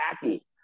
tacky